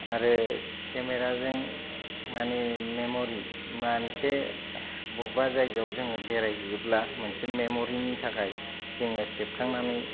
आरो केमेराजों माने मेम'रि मोनसे बबेबा जायगायाव जोङो बेरायहैयोब्ला मोनसे मेम'रिनि थाखाय जोङो सेबखांनानै